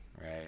Right